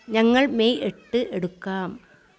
ഞങ്ങൾ മെയ് എട്ട് എടുക്കാം